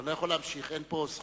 ואני לא יכול להמשיך, אין פה זכויות,